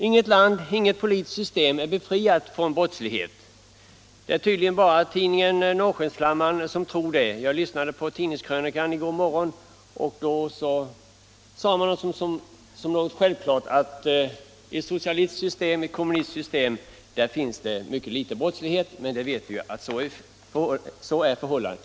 Inget land och inget politiskt system är befriat från brottslighet. Det är tydligen bara tidningen Norrskensflamman som tror det. Jag lyssnade på tidningskrönikan i går morse, och då sade man som något självklart att i ett socialistiskt system — i ett kommunistiskt system — finns det mycket litet brottslighet. Men vi vet ju att så inte är förhållandet.